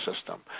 system